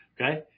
Okay